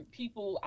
people